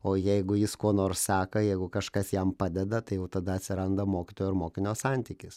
o jeigu jis kuo nors seka jeigu kažkas jam padeda tai jau tada atsiranda mokytojo ir mokinio santykis